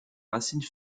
racines